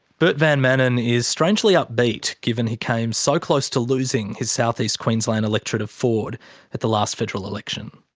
bert van manen is strangely upbeat given he came so close to losing his south-east queensland electorate of forde at the last federal election.